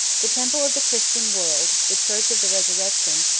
the temple of the christian world, the church of the resurrection,